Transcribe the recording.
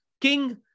King